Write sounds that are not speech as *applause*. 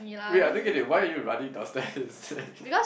wait I don't get it why are you running downstairs *laughs*